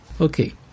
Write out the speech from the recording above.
Okay